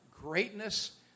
greatness